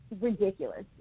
ridiculous